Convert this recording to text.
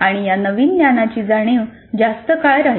आणि या नवीन ज्ञानाची जाणीव जास्त काळ राहील